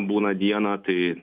būna dieną tai